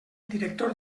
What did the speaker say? director